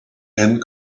and